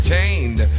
Chained